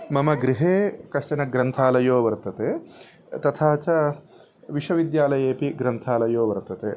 मम गृहे कश्चन ग्रन्थालयो वर्तते तथा च विश्वविद्यालयेऽपि ग्रन्थालयो वर्तते